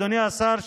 אדוני השר,